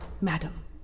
madam